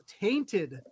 tainted